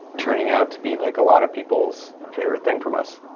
turning out to be like a lot of people's favorite thing from us.